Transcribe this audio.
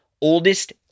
oldest